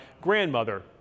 grandmother